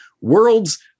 World's